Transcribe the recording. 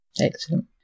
excellent